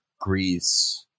Greece